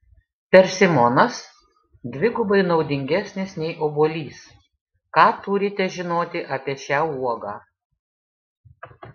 persimonas dvigubai naudingesnis nei obuolys ką turite žinoti apie šią uogą